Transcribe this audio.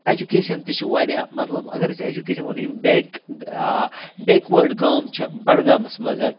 education تہِ چھِ واریاہ مطلب اگر أسۍ ایٚجوکیشَن وَنو یِم بیک بیکوٲڑ گام چھِ بڑگامَس مَنز